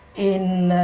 in